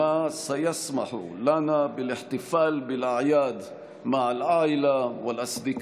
וכך מתאפשר לנו לחגוג את החגים עם המשפחה